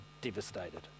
devastated